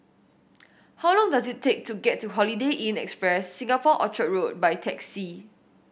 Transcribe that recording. how long does it take to get to Holiday Inn Express Singapore Orchard Road by taxi